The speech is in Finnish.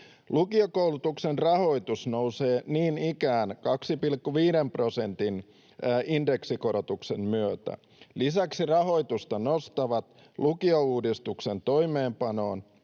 Lukiokoulutuksen rahoitus nousee niin ikään 2,5 prosentin indeksikorotuksen myötä. Lisäksi rahoitusta nostavat lukiouudistuksen toimeenpanoon,